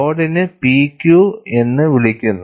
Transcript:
ലോഡിനെ P Q എന്ന് വിളിക്കുന്നു